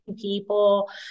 people